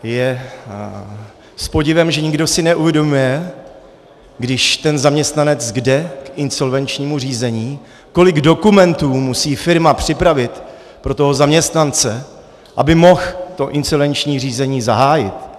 Je s podivem, že nikdo si neuvědomuje, když ten zaměstnanec jde k insolvenčnímu řízení, kolik dokumentů musí firma připravit pro toho zaměstnance, aby mohl to insolvenční řízení zahájit.